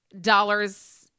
dollars-